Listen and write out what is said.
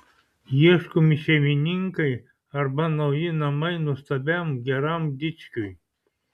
ieškomi šeimininkai arba nauji namai nuostabiam geram dičkiui